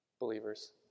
believers